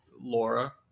Laura